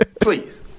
Please